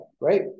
right